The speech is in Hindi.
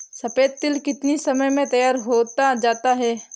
सफेद तिल कितनी समय में तैयार होता जाता है?